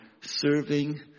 serving